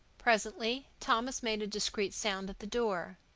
presently thomas made a discreet sound at the door.